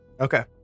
Okay